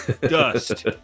Dust